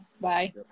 Bye